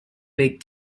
big